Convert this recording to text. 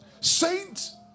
Saints